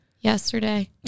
yesterday